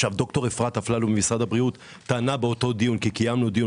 ד"ר אפרת אפללו ממשרד הבריאות טענה באותו דיון כי שמענו,